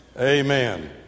Amen